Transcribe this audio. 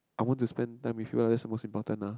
I want to spend time with you ah that's the most important ah